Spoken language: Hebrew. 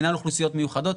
מינהל אוכלוסיות מיוחדות,